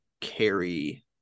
carry